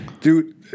Dude